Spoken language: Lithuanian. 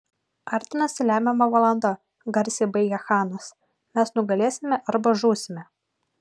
artinasi lemiama valanda garsiai baigė chanas mes nugalėsime arba žūsime